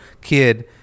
kid